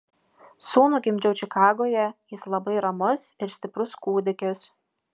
sūnų gimdžiau čikagoje jis labai ramus ir stiprus kūdikis